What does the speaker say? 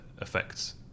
effects